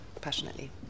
passionately